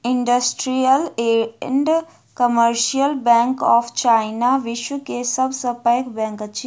industrial and commercial bank of China, विश्व के सब सॅ पैघ बैंक अछि